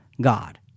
God